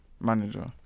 manager